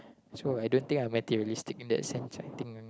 so I don't think I'm materialistic in that sense I think I'm